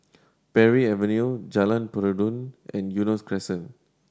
Parry Avenue Jalan Peradun and Eunos Crescent